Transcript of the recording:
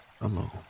alone